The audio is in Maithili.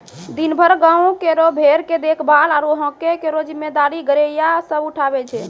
दिनभर गांवों केरो भेड़ के देखभाल आरु हांके केरो जिम्मेदारी गड़ेरिया सब उठावै छै